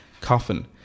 coffin